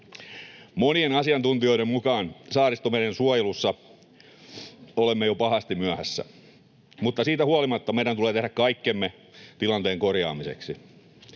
Monien asiantuntijoiden mukaan Saaristomeren suojelussa olemme jo pahasti myöhässä, mutta siitä huolimatta meidän tulee tehdä kaikkemme tilanteen korjaamiseksi.